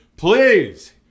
Please